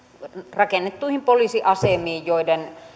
raken nettuihin poliisiasemiin